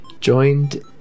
joined